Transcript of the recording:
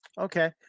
Okay